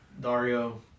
Dario